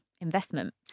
investment